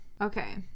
Okay